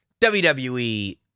WWE